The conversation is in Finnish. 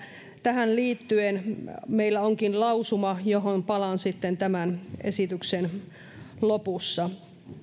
tähän liittyen meillä onkin lausuma johon palaan sitten tämän esityksen lopussa